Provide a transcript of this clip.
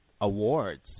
awards